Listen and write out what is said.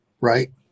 right